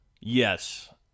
Yes